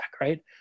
right